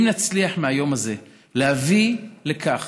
אם נצליח מהיום הזה להביא לכך